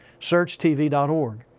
searchtv.org